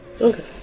Okay